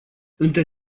între